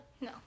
No